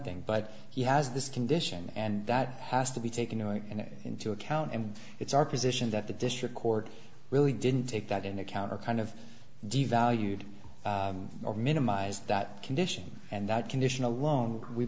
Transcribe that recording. thing but he has this condition and that has to be taken into account and it's our position that the district court really didn't take that into account or kind of devalued or minimized that condition and that condition alone we